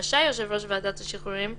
רשאי יושב-ראש ועדת שחרורים אחרת,